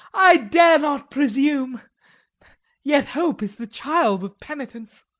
i dare not presume yet hope is the child of penitence.